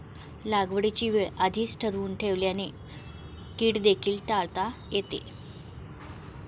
लागवडीची वेळ आधीच ठरवून ठेवल्याने कीड देखील टाळता येते